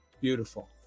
Beautiful